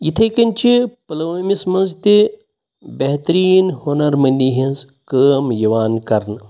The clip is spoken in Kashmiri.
یِتھَے کٕنۍ چِھ پلوامِس منٛز تِہ بِہترین ہُنر مندی ہنٛز کٲم یِوان کَرنہ